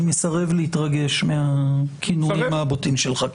אני מסרב להתרגש מהכינויים הבוטים שלך.